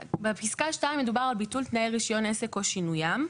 בפסקה (2) מדובר על ביטול תנאי רישיון עסק או שינוים.